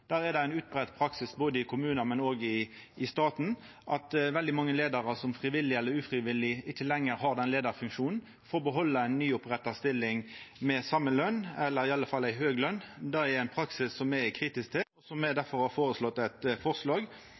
Der er ein utbreidd praksis både i kommunar og i staten at veldig mange leiarar som frivillig eller ufrivillig ikkje lenger har leiarfunksjon, får ei nyoppretta stilling der dei får behalda same løn, eller i alle fall får ei høg løn. Det er ein praksis som me er kritiske til, og me har difor eit forslag